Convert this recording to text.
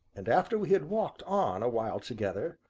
and, after we had walked on a while together,